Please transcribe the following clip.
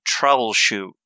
troubleshoot